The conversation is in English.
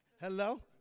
Hello